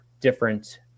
different